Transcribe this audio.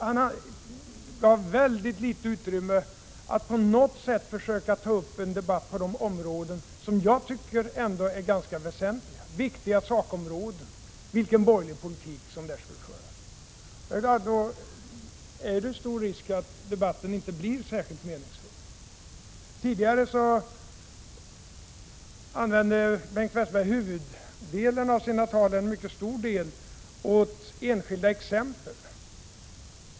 Han ägnade väldigt litet utrymme åt att på något sätt försöka ta upp en debatt på de sakområden som jag anser är väsentliga, såsom vilken borgerlig politik som skulle komma att föras. Då är det stor risk att debatten inte blir särskilt meningsfull. Tidigare använde Bengt Westerberg huvuddelen, eller åtminstone en mycket stor del, av sina tal åt enskilda exempel.